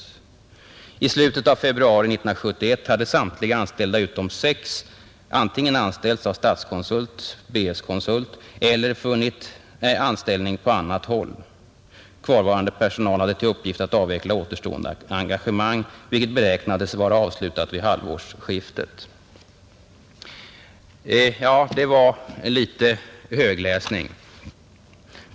Vidare heter det: ”I slutet av februari 1971 hade samtliga anställda utom 6 antingen anställts av Statskonsult/BS Konsult eller funnit anställning på annat håll. Kvarvarande personal hade till uppgift att avveckla återstående engagemang, vilket beräknades vara avslutat vid halvårsskiftet.” Detta var litet högläsning.